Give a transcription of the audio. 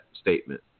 statement